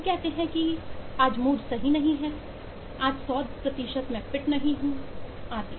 हम कहते हैं कि मैं एक सही मूड में नहीं हूं मैं 100 फिट नहीं हूं आदि